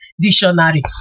dictionary